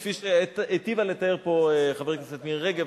כפי שהיטיבה לתאר פה חברת הכנסת מירי רגב,